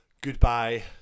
goodbye